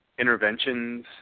Interventions